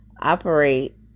operate